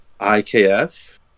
IKF